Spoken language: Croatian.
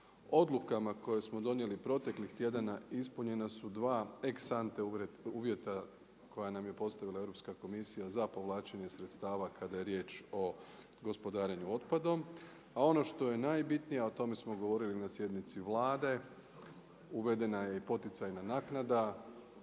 Odlukama koje smo donijeli proteklih tjedana ispunjena su dva ex ante uvjeta koja nam je postavila Europska komisija za povlačenje sredstava kada je riječ o gospodarenju otpadom. A ono što je najbitnije, a o tome smo govorili na sjednici Vlade uvedena je i poticajna naknada.